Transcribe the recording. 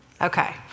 Okay